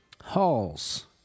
Halls